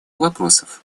вопросов